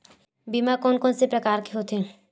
बीमा कोन कोन से प्रकार के होथे?